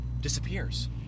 disappears